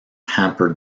hampered